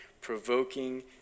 provoking